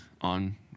on